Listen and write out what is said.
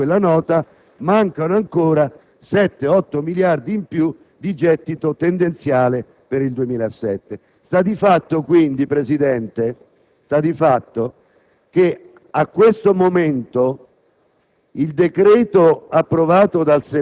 a parte le mie valutazioni che anche in quella Nota mancano ancora 7-8 miliardi in più di gettito tendenziale per il 2007. Sta di fatto, signor Presidente, che in questo momento